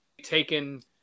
taken